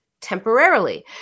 temporarily